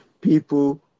People